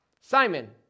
Simon